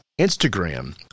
Instagram